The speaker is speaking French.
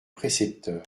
précepteur